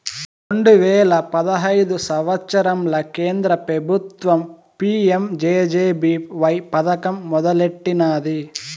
రెండు వేల పదహైదు సంవత్సరంల కేంద్ర పెబుత్వం పీ.యం జె.జె.బీ.వై పదకం మొదలెట్టినాది